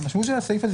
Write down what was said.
המשמעות של הסעיף הזה,